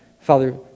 Father